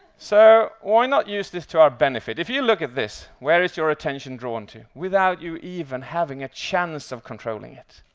so, why not use this to our benefit? if you look at this, where is your attention drawn to without you even having a chance of controlling it?